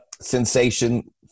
sensation